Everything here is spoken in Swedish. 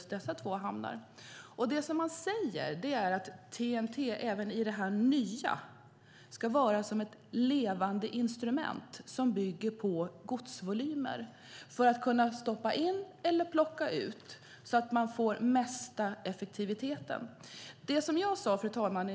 TEN-T ska även i det nya vara som ett levande instrument som bygger på godsvolymer så att man kan stoppa in eller plocka ut för att få bästa effektiviteten. Fru talman!